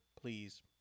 please